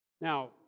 Now